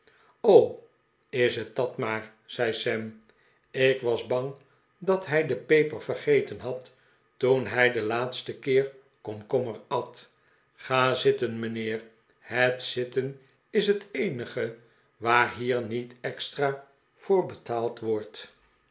is het dat maar zei sam ik was bang dat hij de peper vergeten had toen hij de laatste keer komkommer at ga zitten mijnheer het zitten is het eenige waar hier niet extra voor betaald wordt